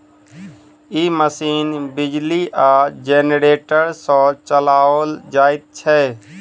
ई machine बिजली आ generator सॅ चलाओल जाइत छै